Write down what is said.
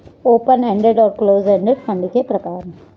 open ended और close ended fund के प्रकार हैं